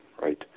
right